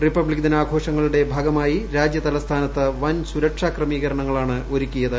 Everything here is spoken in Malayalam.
റിപ്പബ്ലിക്ദിനാഘോഷങ്ങളുടെ ഭാഗമായി രാജ്യ തലസ്ഥാനത്ത് വൻ സുരക്ഷാ ക്രമീകരണങ്ങളാണ് ഒരുക്കിയത്